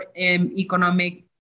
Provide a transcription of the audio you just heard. economic